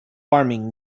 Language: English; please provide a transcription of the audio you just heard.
farming